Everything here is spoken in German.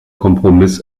kompromiss